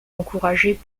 encouragé